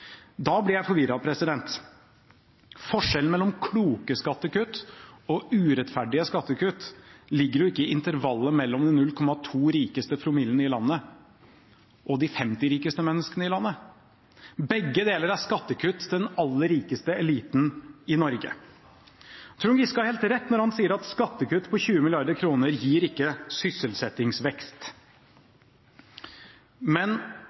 Da blir jeg forvirret. Forskjellen mellom kloke skattekutt og urettferdige skattekutt ligger ikke i intervallet mellom de 0,2 rikeste promillene i landet og de 50 rikeste menneskene i landet. Begge deler er skattekutt til den aller rikeste eliten i Norge. Trond Giske har helt rett når han sier at skattekutt på 20 mrd. kr ikke gir sysselsettingsvekst, men